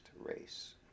race